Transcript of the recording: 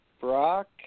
Brock